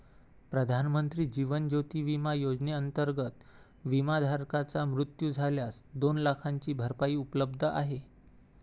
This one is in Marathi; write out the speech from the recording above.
प्रधानमंत्री जीवन ज्योती विमा योजनेअंतर्गत, विमाधारकाचा मृत्यू झाल्यास दोन लाखांची भरपाई उपलब्ध आहे